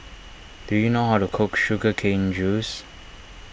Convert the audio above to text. do you know how to cook Sugar Cane Juice